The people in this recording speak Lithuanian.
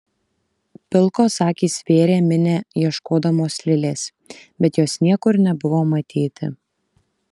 pilkos akys vėrė minią ieškodamos lilės bet jos niekur nebuvo matyti